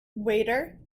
waiter